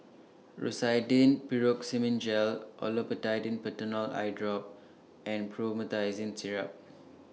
Rosiden Piroxicam Gel Olopatadine Patanol Eyedrop and Promethazine Syrup